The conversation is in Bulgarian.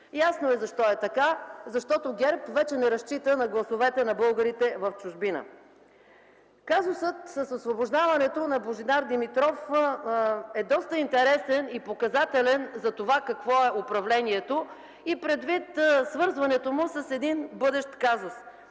Ясно е защо е така, защото ГЕРБ вече не разчита на гласовете на българите в чужбина. Казусът с освобождаването на Божидар Димитров е доста интересен и показателен за това какво е управлението и предвид свързването му с един бъдещ казус,